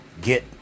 get